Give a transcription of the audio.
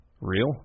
Real